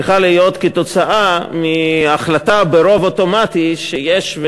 צריכה להיות תוצאה של החלטה ברוב אוטומטי שיש.